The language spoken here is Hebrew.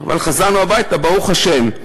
אבל חזרנו הביתה, ברוך השם.